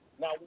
Now